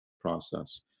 process